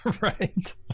Right